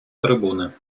трибуни